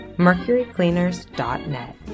mercurycleaners.net